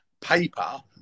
paper